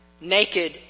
Naked